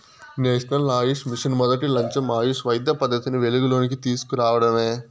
national Ayush mission మొదటి లచ్చెం ఆయుష్ వైద్య పద్దతిని వెలుగులోనికి తీస్కు రావడమే